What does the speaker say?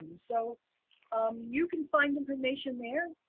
um so um you can find information there.